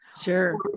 Sure